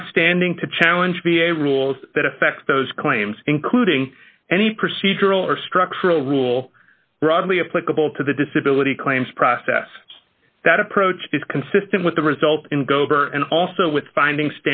have standing to challenge v a rules that affect those claims including any procedural or structural rule broadly applicable to the disability claims process that approach is consistent with the result in gober and also with finding